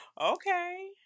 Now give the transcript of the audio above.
Okay